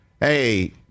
hey